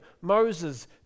Moses